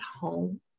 home